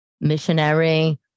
Missionary